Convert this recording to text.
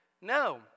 No